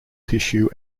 tissue